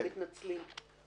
אנחנו מתנצלים.